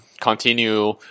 continue